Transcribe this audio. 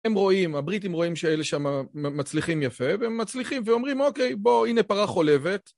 הם רואים, הבריטים רואים שאלה שם מצליחים יפה, והם מצליחים ואומרים, אוקיי, בוא, הנה פרה חולבת.